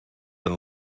and